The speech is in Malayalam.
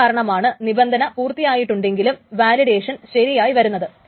അതുകാരണമാണ് നിബന്ധന പൂർത്തിയായിട്ടുണ്ടെങ്കിലും വാലിഡേഷൻ ശരിയായി വരുന്നത്